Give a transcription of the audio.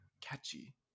catchy